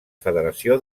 federació